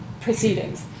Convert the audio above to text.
proceedings